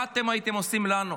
מה אתם הייתם עושים לנו?